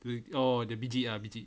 oh the biji ah biji